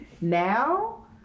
Now